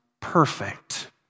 perfect